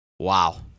Wow